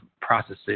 processes